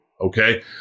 Okay